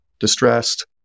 distressed